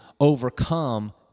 overcome